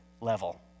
level